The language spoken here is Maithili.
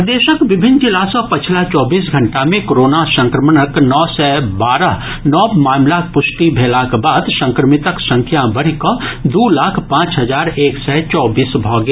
प्रदेशक विभिन्न जिला सँ पछिला चौबीस घंटा मे कोरोना संक्रमणक नओ सय बारह नव मामिलाक पुष्टि भेलाक बाद संक्रमितक संख्या बढ़िकऽ दू लाख पांच हजार एक सय चौबीस भऽ गेल